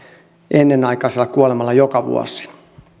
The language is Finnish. ennenaikaisella kuolemalla joka vuosi